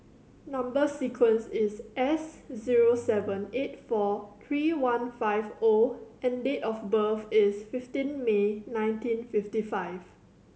number sequence is S zero seven eight four three one five O and date of birth is fifteen May nineteen fifty five